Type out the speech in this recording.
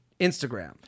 Instagram